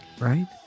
right